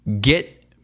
get